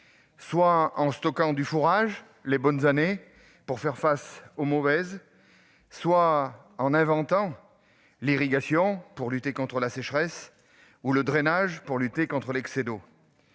en stockant du fourrage lors des bonnes années pour faire face aux mauvaises et en inventant l'irrigation pour lutter contre la sécheresse ou le drainage pour lutter contre l'excès d'eau,